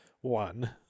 one